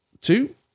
two